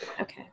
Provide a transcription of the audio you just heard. okay